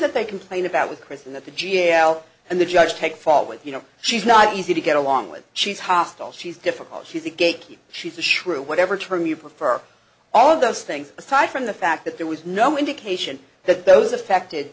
that they complain about with kristen that the g l and the judge take fault with you know she's not easy to get along with she's hostile she's difficult she's a gatekeeper she's a shrew whatever term you prefer all of those things aside from the fact that there was no indication that those affected